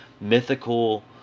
mythical